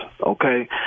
okay